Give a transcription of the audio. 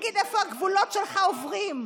תגיד איפה הגבולות שלך עוברים.